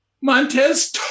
Montez